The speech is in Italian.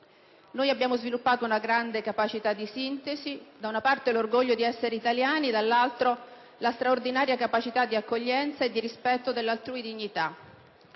abbiamo sviluppato una grande capacità di sintesi: da una parte l'orgoglio di essere italiani e dall'altro la straordinaria capacità di accoglienza e di rispetto dell'altrui dignità.